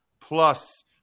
plus